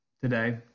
today